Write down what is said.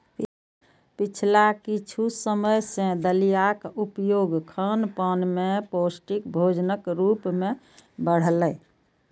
पिछला किछु समय सं दलियाक उपयोग खानपान मे पौष्टिक भोजनक रूप मे बढ़लैए